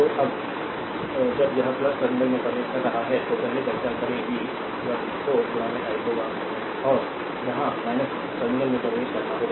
तो जब यह टर्मिनल में प्रवेश कर रहा है तो पहले चर्चा करें v 1 4 i होगा और यहां the टर्मिनल में प्रवेश करना होगा